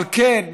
אבל כן,